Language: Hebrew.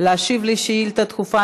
תודה רבה